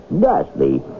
Dusty